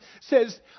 says